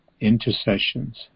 intercessions